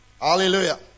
Hallelujah